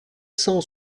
cent